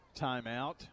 timeout